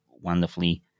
Wonderfully